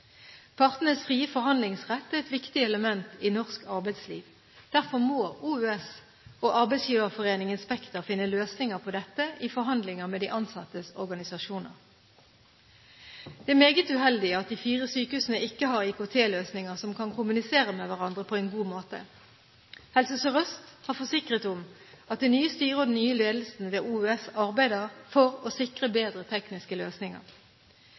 Partenes frie forhandlingsrett er et viktig element i norsk arbeidsliv. Derfor må OUS og arbeidsgiverforeningen Spekter finne løsninger på dette i forhandlinger med de ansattes organisasjoner. Det er meget uheldig at de fire sykehusene ikke har IKT-løsninger som kan kommunisere med hverandre på en god måte. Helse Sør-Øst har forsikret om at det nye styret og den nye ledelsen ved OUS arbeider for å sikre bedre tekniske løsninger.